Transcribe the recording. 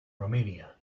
romania